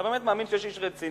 אתה באמת מאמין שיש איש רציני